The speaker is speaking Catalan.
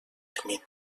ermita